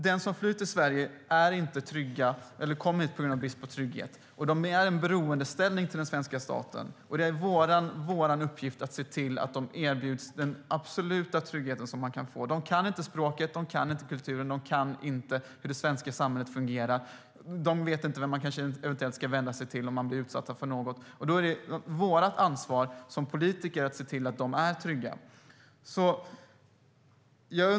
De som flyr till Sverige kom hit på grund av brist på trygghet, och de är i en beroendeställning gentemot den svenska staten. Det är vår uppgift att se till att de erbjuds den absoluta trygghet de kan få. De kan inte språket och vet inte hur kulturen eller det svenska samhället fungerar. De vet inte vem de eventuellt ska vända sig till om de blir utsatta för något. Då är det vårt ansvar som politiker att se till att de är trygga.